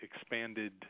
expanded –